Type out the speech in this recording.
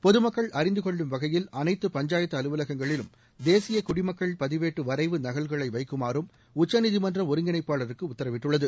பொது மக்கள் அறிந்துகொள்ளும் வகையில் அனைத்து பஞ்சாயத்து அலுவலகங்களிலும் தேசிய குடிமக்கள் பதிவேட்டு வரைவு நகல்களை வைக்குமாறும் உச்சநீதிமன்றம் ஒருங்கிணைப்பாளருக்கு உத்தரவிட்டுள்ளது